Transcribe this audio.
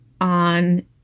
on